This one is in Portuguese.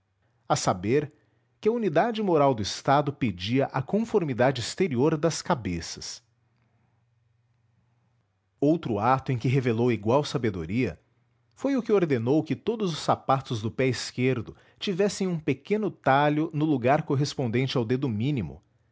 a saber que a unidade moral do estado pedia a conformidade exterior das cabeças outro ato em que revelou igual sabedoria foi o que ordenou que todos os sapatos do pé esquerdo tivessem um pequeno talho no lugar correspondente ao dedo mínimo